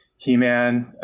He-Man